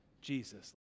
Jesus